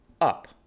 up